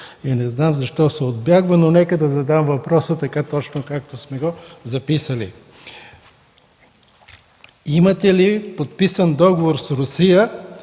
имате ли подписан договор с Русия